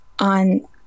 on